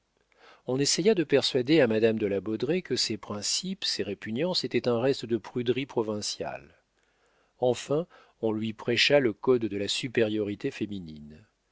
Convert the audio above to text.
on essaya de persuader à madame de la baudraye que ses principes ses répugnances étaient un reste de pruderie provinciale enfin on lui prêcha le code de la supériorité féminine